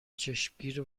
چشمگیر